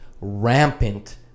rampant